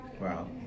Wow